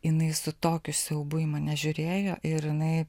jinai su tokiu siaubu į mane žiūrėjo ir jinai